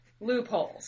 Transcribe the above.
loopholes